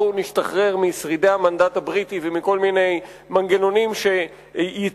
בואו נשתחרר משרידי המנדט הבריטי ומכל מיני מנגנונים שיצרנו